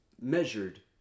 measured